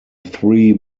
three